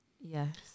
Yes